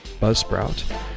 Buzzsprout